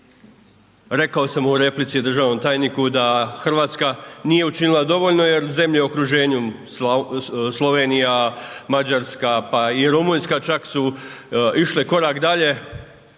Rekao sam u replici državnom tajniku da Hrvatska nije učinila dovoljno jer zemlje u okruženju Slovenija, Mađarska pa i Rumunjska čak su išle korak dalje,